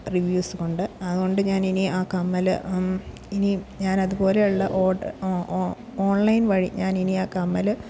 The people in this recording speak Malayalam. റിവ്യൂസ് കൊണ്ട് അതുകൊണ്ട് ഞാനിനി ആ കമ്മല് ഇനിയും ഞാനതുപോലെയുള്ള ഓഡ് ഓ ഓൺലൈൻ വഴി ഞാനിനി ആ കമ്മല്